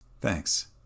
Thanks